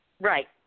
Right